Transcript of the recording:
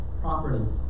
properties